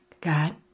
God